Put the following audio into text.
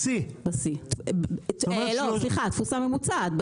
לא, סליחה, תפוסה ממוצעת.